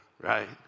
right